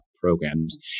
programs